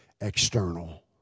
external